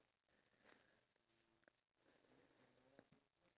help to buy and pay for them their gifts